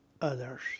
others